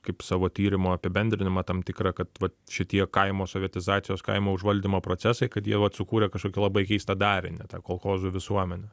kaip savo tyrimo apibendrinimą tam tikrą kad šitie kaimo sovietizacijos kaimo užvaldymo procesai kad jie vat sukūrė kažkokį labai keistą darinį tą kolchozų visuomenę